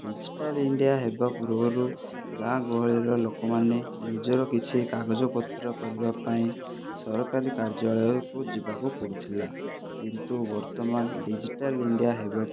digital India ହେବା ପୂର୍ବରୁ ଗାଁ ଗହଳିର ଲୋକମାନେ ନିଜର କିଛି କାଗଜ ପତ୍ର କରିବା ପାଇଁ ସରକାରୀ କାର୍ଯ୍ୟାଳୟକୁ ଯିବାକୁ ପଡ଼ୁଥିଲା କିନ୍ତୁ ବର୍ତ୍ତମାନ ଡିଜିଟାଲ ଇଣ୍ଡିଆ ହେବା